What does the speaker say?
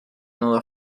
nudo